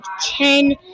ten